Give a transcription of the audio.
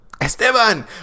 Esteban